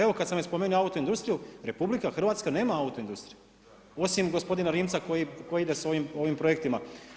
Evo kada sam već spomenuo autoindustriju RH nema autoindustriju osim gospodina Rimca koji ide s ovim projektima.